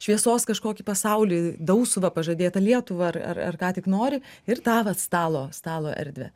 šviesos kažkokį pasaulį dausuvą pažadėtą lietuvą ar ar ką tik nori ir tą vat stalo stalo erdvę